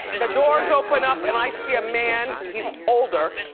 the doors open up and i see a man, he's older,